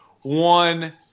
one